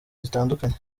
zitandukanye